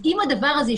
אם הדבר הזה ישתנה,